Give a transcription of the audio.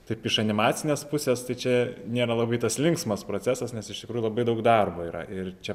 taip iš animacinės pusės tai čia nėra labai tas linksmas procesas nes iš tikrųjų labai daug darbo yra ir čia